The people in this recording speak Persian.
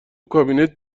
کابینت